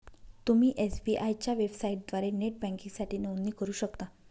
तुम्ही एस.बी.आय च्या वेबसाइटद्वारे नेट बँकिंगसाठी नोंदणी करू शकता